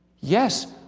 yes,